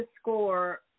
score